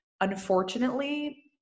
Unfortunately